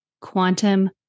quantum